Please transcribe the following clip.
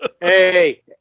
Hey